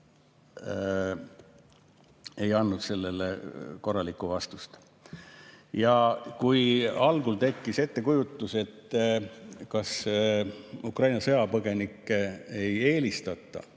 ei andnud sellele korralikku vastust. Kui algul tekkis ettekujutus, et kas Ukraina sõjapõgenikke ei eelistata